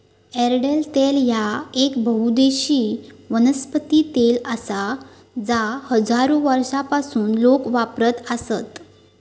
एरंडेल तेल ह्या येक बहुउद्देशीय वनस्पती तेल आसा जा हजारो वर्षांपासून लोक वापरत आसत